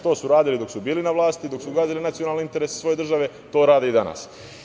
To su radili dok su bili na vlasti, dok su gazili nacionalne interese svoje države, a to rade i danas.